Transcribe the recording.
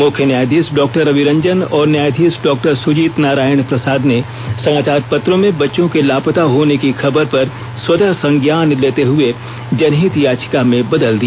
मुख्य न्यायधीश डॉ रवि रंजन और न्यायधीश डॉ सुजीत नारायण प्रसाद ने समाचार पत्रों में बच्चों के लापता होने की खबर पर स्वतः संज्ञान लेते हुए जनंहित याचिका में बदल दिया